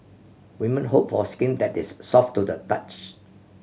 women hope for skin that is soft to the touch